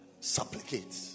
Supplicate